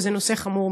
וזה נושא חמור מאוד.